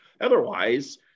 Otherwise